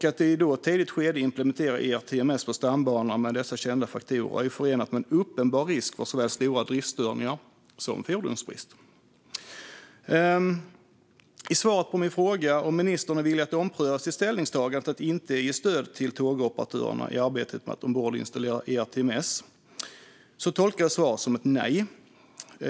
Att med dessa kända faktorer implementera ERTMS på stambanorna i ett tidigt skede är förenat med en uppenbar risk för såväl stora driftsstörningar som fordonsbrist. När det gäller svaret på min fråga om ministern är villig att ompröva sitt ställningstagande att inte ge stöd till tågoperatörerna i arbetet med att ombordinstallera ERTMS tolkar jag det som ett nej.